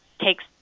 takes